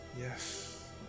Yes